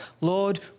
Lord